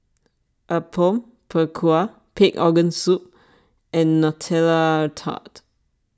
Apom Berkuah Pig Organ Soup and Nutella Tart